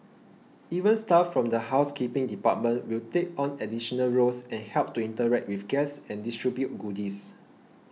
even staff from the housekeeping department will take on additional roles and help to interact with guests and distribute goodies